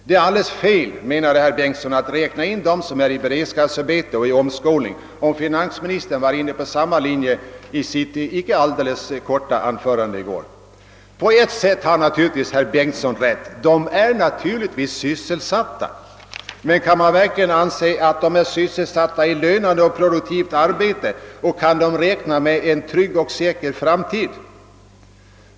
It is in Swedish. Det är alldeles felaktigt, menade herr Bengtsson, att räkna in dem som är i beredskapsarbete och under omskolning i denna siffra. Finansministern var inne på samma linje i sitt icke alldeles korta anförande i går. På ett sätt har herr Bengtsson rätt. Dessa människor är naturligtvis sysselsatta, men kan man alltid anse att de är sysselsatta i ett lönande och produktivt arbete och kan de räkna med en trygg och säker framtid?